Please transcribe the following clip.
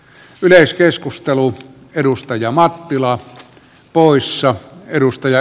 yleiskeskusteluun edustaja mattila poissa edustaja